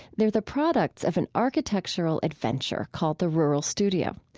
they are the products of an architectural adventure called the rural studio.